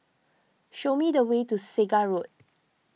show me the way to Segar Road